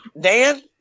Dan